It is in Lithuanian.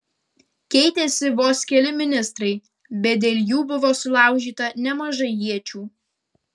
keitėsi vos keli ministrai bet dėl jų buvo sulaužyta nemažai iečių